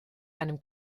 einem